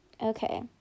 Okay